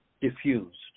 diffused